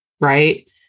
right